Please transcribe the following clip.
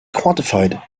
quantified